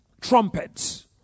trumpets